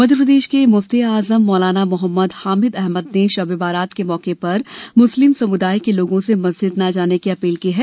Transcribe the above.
मध्यप्रदेश के मुफ्ती ए आजम मौलाना मोहम्मद हामिद अहमद ने शबे बारात के मौके पर मुस्लिम समुदाय के लोगों से मस्जिद न जाने की अपील की है